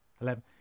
eleven